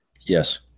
Yes